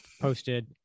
posted